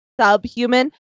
subhuman